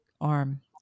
arm